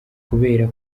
kubera